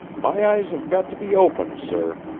my eyes have got to be opened, sir.